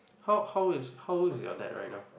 how how old is how old is your dad right now